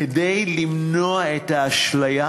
כדי למנוע את האשליה